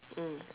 mm